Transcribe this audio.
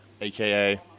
AKA